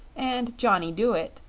and johnny dooit,